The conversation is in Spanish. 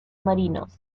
marinos